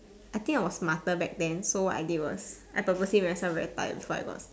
I think I was smarter back then so what I did was I purposely make myself tired before I got